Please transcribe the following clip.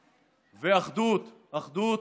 ואחדות, אחדות,